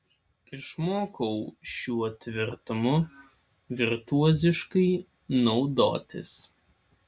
išmokau šiuo tvirtumu virtuoziškai naudotis